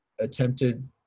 attempted